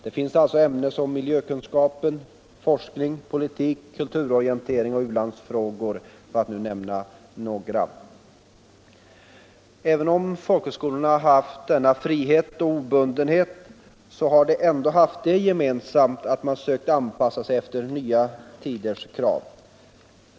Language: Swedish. Där finns alltså ämnen som miljökunskap, politik, kulturorientering och u-landsfrågor, för att nu 179 nämna några. Även om folkhögskolorna har haft denna frihet och obundenhet har det ändå funnits en gemensam strävan att anpassa sig efter nya tiders krav.